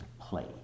play